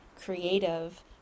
creative